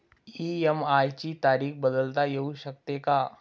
EMI ची तारीख बदलता येऊ शकते का?